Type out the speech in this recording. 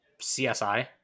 csi